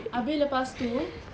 abeh lepas tu